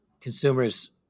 consumers